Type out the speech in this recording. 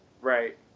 Right